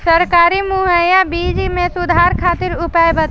सरकारी मुहैया बीज में सुधार खातिर उपाय बताई?